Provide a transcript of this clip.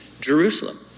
Jerusalem